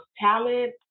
talent